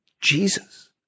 Jesus